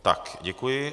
Tak děkuji.